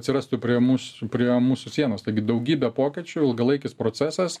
atsirastų prie mūs prie mūsų sienos taigi daugybė pokyčių ilgalaikis procesas